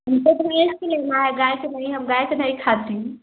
हमको तो भैंस का लेना है गाय का नहीं हम गाय का नहीं खाती हूँ